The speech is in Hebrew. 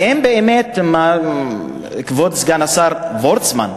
ואם אמר כבוד סגן השר וורצמן,